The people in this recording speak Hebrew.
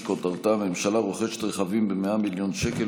שכותרתה: הממשלה רוכשת רכבים ב-100 מיליון שקל